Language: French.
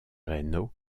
reno